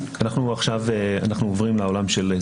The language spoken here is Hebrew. במבנה פעילותו